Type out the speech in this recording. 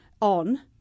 on